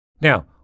Now